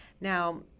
Now